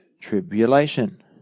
tribulation